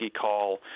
call